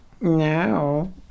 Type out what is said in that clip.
No